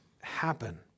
happen